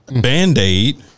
Band-Aid